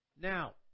Now